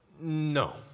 No